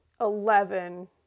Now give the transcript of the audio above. eleven